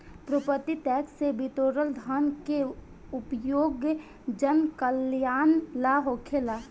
property tax से बिटोरल धन के उपयोग जनकल्यान ला होखेला